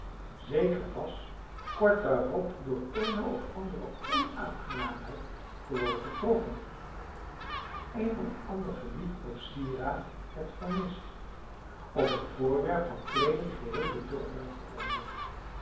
zeker was kort daarop door eene of andere onaangenaamheid te worden getroffen een of ander geliefkoosd sieraad werd vermist of een voorwerp van kleeding geheel bedorven gevonden